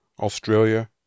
Australia